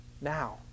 now